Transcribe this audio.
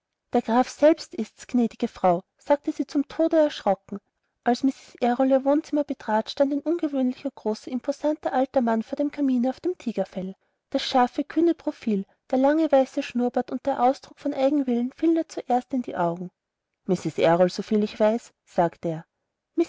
der graf selbst ist's gnädige frau sagte sie zum tode erschrocken als mrs errol ihr wohnzimmer betrat stand ein ungewöhnlich großer imposanter alter mann vor dem kamine auf dem tigerfell das scharfe kühne profil der lange weiße schnurrbart und ein ausdruck von eigenwillen fielen ihr zuerst in die augen mrs errol soviel ich weiß sagte er